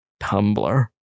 Tumblr